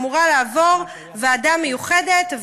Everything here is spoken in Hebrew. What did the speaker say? אמורה לעבור ועדה מיוחדת,